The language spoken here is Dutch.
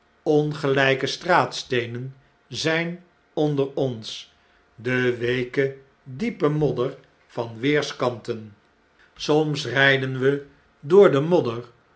ongelpe straatsteenen zjjn onder ons de weeke diepe modder van weerskanten soms rjjden we door de modder